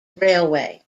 railway